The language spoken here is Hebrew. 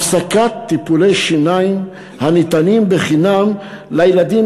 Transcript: הפסקת טיפולי שיניים הניתנים חינם לילדים